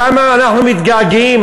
כמה אנחנו מתגעגעים,